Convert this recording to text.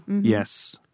Yes